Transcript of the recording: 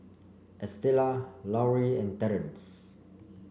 Estela Lauri and Terrence